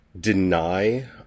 deny